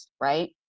right